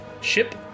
ship